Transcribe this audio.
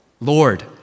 Lord